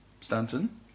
Stanton